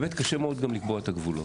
באמת קשה מאוד גם לקבוע את הגבולות.